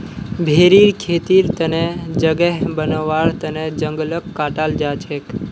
भेरीर खेतीर तने जगह बनव्वार तन जंगलक काटाल जा छेक